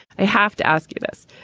i have to ask you this.